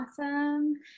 Awesome